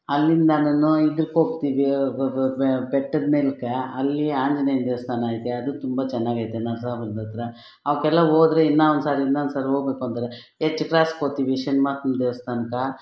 ಅಲ್ಲಿಂದ ನಾನು ಇದಕ್ಕೋಗ್ತಿವಿ ಬೆಟ್ಟದಮೇಲಕ್ಕೆ ಅಲ್ಲಿ ಆಂಜನೇಯನ ದೇವಸ್ಥಾನ ಐತೆ ಅದು ತುಂಬ ಚೆನ್ನಾಗೈತೆ ನರ್ಸಾಪುರದ ಹತ್ರ ಅವಕ್ಕೆಲ್ಲ ಹೋದ್ರೆ ಇನ್ನು ಒಂದ್ಸಾರಿ ಇನ್ನು ಒಂದ್ಸಾರಿ ಹೋಗ್ಬೇಕು ಅಂದರೆ ಎಚ್ ಕ್ರಾಸ್ಗೋತೀವಿ ಶನಿ ಮಹಾತ್ಮನ ದೇವಸ್ಥಾನಕ್ಕ